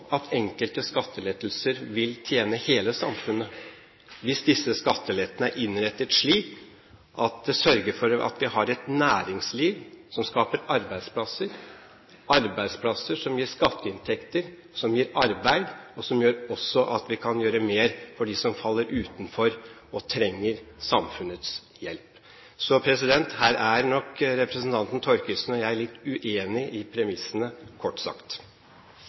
at enkelte skattelettelser vil tjene hele samfunnet, hvis disse skattelettene er innrettet slik at man sørger for at vi har et næringsliv som skaper arbeidsplasser, arbeidsplasser som gir skatteinntekter, som gir arbeid, og som også gjør at vi kan gjøre mer for dem som faller utenfor og trenger samfunnets hjelp. Så her er nok representanten Thorkildsen og jeg litt uenig i premissene, kort sagt.